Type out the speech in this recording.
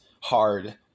hard